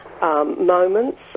moments